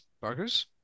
burgers